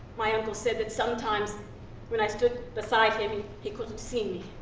my uncle said that sometimes when i stood beside him i mean he couldn't see me.